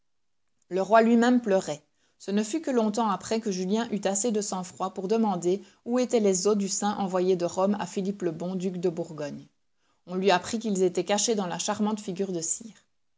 le roi lui-même pleurait ce ne fut que longtemps après que julien eut assez de sang-froid pour demander où étaient les os du saint envoyés de rome à philippe le bon duc de bourgogne on lui apprit qu'ils étaient cachés dans la charmante figure de cire